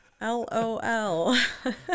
L-O-L